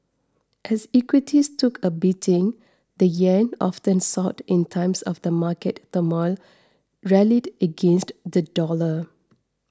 as equities took a beating the yen often sought in times of the market turmoil rallied against the dollar